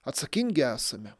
atsakingi esame